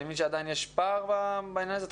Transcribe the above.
אני מבין שעדיין יש פער בעניין הזה.